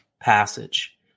passage